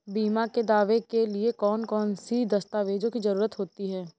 बीमा के दावे के लिए कौन कौन सी दस्तावेजों की जरूरत होती है?